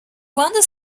quando